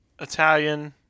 Italian